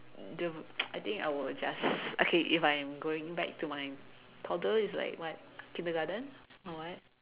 the I think I would just okay if I'm going back to my toddler is like what Kindergarten or what